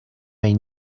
may